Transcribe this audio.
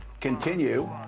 Continue